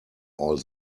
all